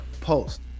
Post